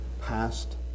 past